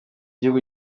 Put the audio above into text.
gihugu